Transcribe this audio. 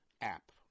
app